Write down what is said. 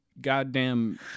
goddamn